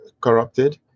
corrupted